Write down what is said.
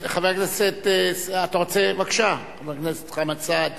חבר הכנסת חמד עמאר,